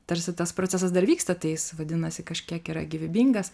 tarsi tas procesas dar vyksta tai jis vadinasi kažkiek yra gyvybingas